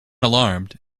alarmed